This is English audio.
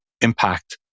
impact